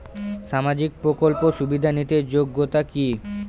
সামাজিক প্রকল্প সুবিধা নিতে যোগ্যতা কি?